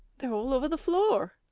they're all over the floor.